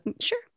sure